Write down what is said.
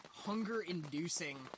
hunger-inducing